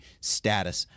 status